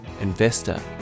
investor